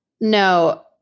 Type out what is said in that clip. no